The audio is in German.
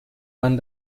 man